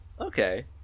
okay